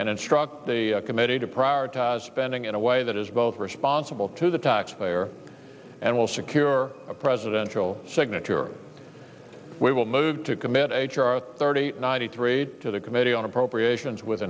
and instruct the committee to prioritize spending in a way that is both responsible to the taxpayer and will secure a presidential signature we will move to commit h r thirty ninety three to the committee on appropriations with